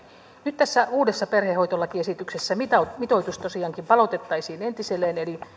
nyt tässä uudessa perhehoitolakiesityksessä mitoitus mitoitus tosiaankin palautettaisiin entiselleen eli